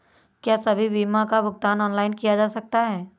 क्या सभी बीमा का भुगतान ऑनलाइन किया जा सकता है?